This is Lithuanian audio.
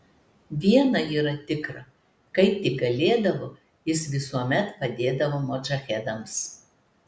viena yra tikra kai tik galėdavo jis visuomet padėdavo modžahedams